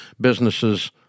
businesses